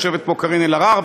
יושבת פה קארין אלהרר,